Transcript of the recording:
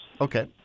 Okay